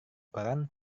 koran